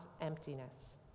emptiness